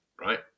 right